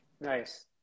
Nice